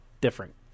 different